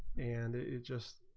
and they just